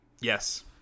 Yes